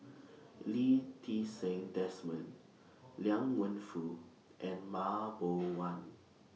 Lee Ti Seng Desmond Liang Wenfu and Mah Bow